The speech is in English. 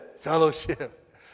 fellowship